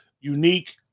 Unique